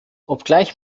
obgleich